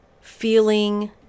Feeling